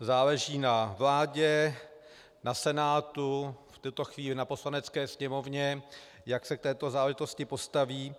Záleží na vládě, na Senátu, v této chvíli na Poslanecké sněmovně, jak se k této záležitosti postaví.